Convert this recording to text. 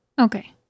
Okay